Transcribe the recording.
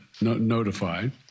notified